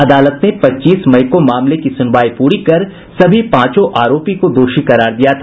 अदालत ने पच्चीस मई को मामले की सुनवाई पूरी कर सभी पांचों आरोपी को दोषी करार दिया था